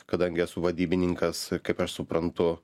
kadangi esu vadybininkas kaip aš suprantu